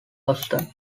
austen